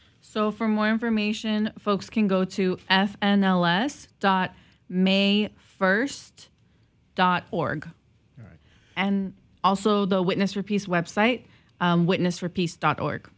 so for more information folks can go to f and ls dot may first dot org and also the witness for peace website whitney's for peace dot org